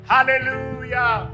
Hallelujah